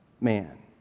man